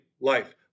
life